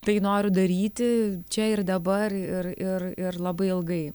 tai noriu daryti čia ir dabar ir ir ir labai ilgai